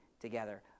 together